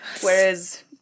Whereas